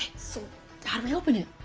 so how do i open it?